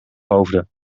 hoofden